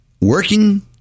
working